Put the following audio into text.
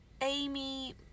Amy